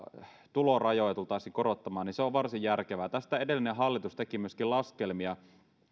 tulorajoja tultaisiin korottamaan on varsin järkevää tästä edellinen hallitus teki myöskin laskelmia